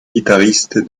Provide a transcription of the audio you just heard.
guitariste